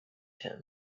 him